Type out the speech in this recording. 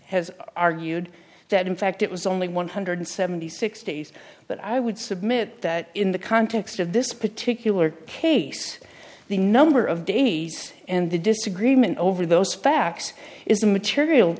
has argued that in fact it was only one hundred seventy six days but i would submit that in the context of this particular case the number of days and the disagreement over those facts is a material